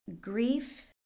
grief